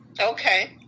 okay